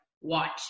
watch